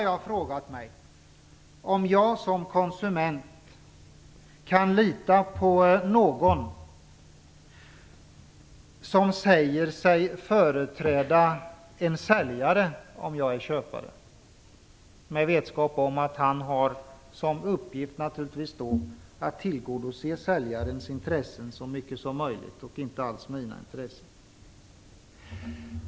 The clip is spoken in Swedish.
Jag undrar då om jag som konsument/köpare kan lita på den som säger sig företräda en säljare i vetskap om att säljaren naturligtvis har i uppgift att tillgodose säljarens intressen så mycket som möjligt och inte alls mina intressen.